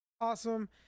Awesome